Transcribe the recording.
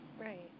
Right